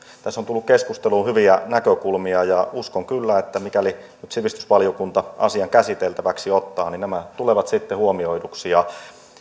tässä on tullut keskusteluun hyviä näkökulmia ja uskon kyllä että mikäli nyt sivistysvaliokunta asian käsiteltäväkseen ottaa niin nämä tulevat sitten huomioiduiksi